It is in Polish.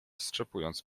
strzepując